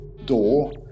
door